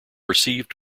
received